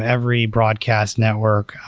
every broadcast network,